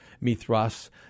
Mithras